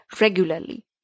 regularly